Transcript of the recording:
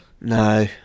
No